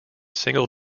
single